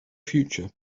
future